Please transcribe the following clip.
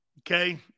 Okay